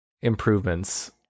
improvements